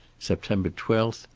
september twelve,